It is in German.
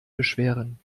beschweren